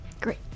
Great